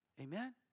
Amen